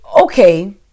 okay